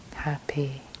happy